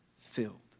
filled